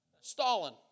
Stalin